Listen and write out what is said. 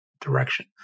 direction